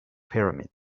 pyramid